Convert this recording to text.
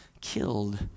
killed